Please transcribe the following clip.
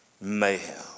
Mayhem